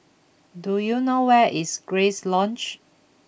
do you know where is Grace Lodge